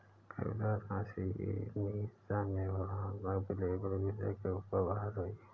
कविता तथा मीसा में वर्णनात्मक लेबल विषय के ऊपर बहस हुई